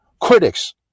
critics